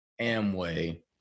Amway